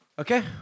Okay